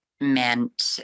meant